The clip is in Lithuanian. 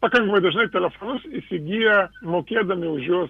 pakankamai dažnai telefonus įsigyja mokėdami už juos